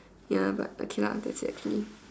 ya but okay lah that actually